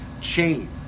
change